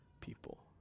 people